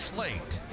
Slate